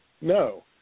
No